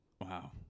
Wow